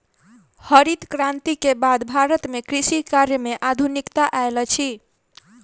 हरित क्रांति के बाद भारत में कृषि कार्य में आधुनिकता आयल अछि